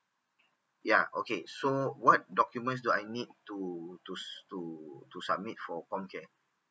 ya okay so what documents do I need to to to to submit for COMCARE